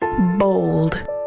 Bold